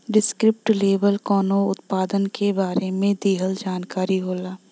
descriptive label कउनो उत्पाद के बारे में दिहल जानकारी होला